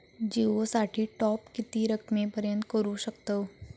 जिओ साठी टॉप किती रकमेपर्यंत करू शकतव?